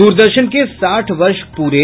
दूरदर्शन के साठ वर्ष पूरे